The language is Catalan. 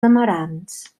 amarants